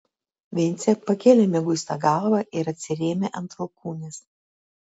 vincė pakėlė mieguistą galvą ir atsirėmė ant alkūnės